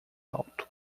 alto